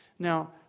Now